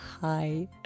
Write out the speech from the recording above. hi